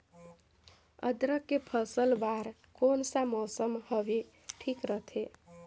अदरक के फसल बार कोन सा मौसम हवे ठीक रथे?